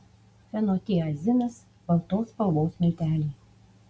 fenotiazinas baltos spalvos milteliai